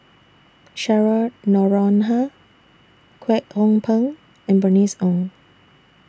Cheryl Noronha Kwek Hong Png and Bernice Ong